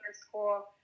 school